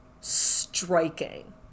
striking